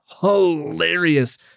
Hilarious